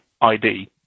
ID